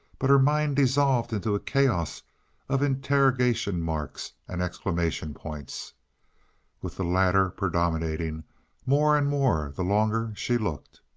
but her mind dissolved into a chaos of interrogation marks and exclamation points with the latter predominating more and more the longer she looked.